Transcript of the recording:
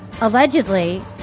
Allegedly